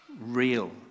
real